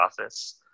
office